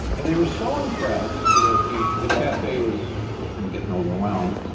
and they were so impressed that the the cafe was kind of getting overwhelmed,